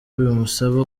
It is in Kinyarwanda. bimusaba